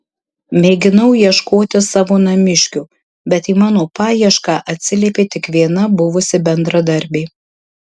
mėginau ieškoti savo namiškių bet į mano paiešką atsiliepė tik viena buvusi bendradarbė